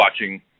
watching